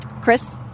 Chris